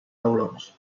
taulons